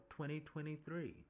2023